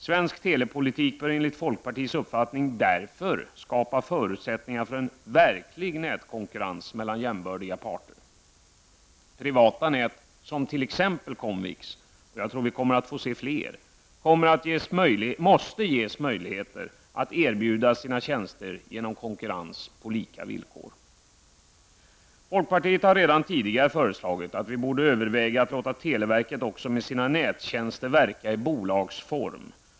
Svensk telepolitik bör därför enligt folkpartiets uppfattning skapa förutsättningar för en verklig nätkonkurrens mellan jämbördiga parter. Privata nät -- som t.ex. Comviks, och jag tror vi kommer att få se fler -- måste ges möjlighet att erbjuda sina tjänster genom konkurrens på lika villkor. Folkpartiet har redan tidigare föreslagit att vi borde överväga att låta televerket verka i bolagsform också med sina nättjänster.